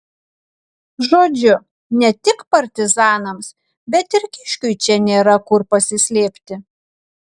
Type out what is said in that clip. žodžiu ne tik partizanams bet ir kiškiui čia nėra kur pasislėpti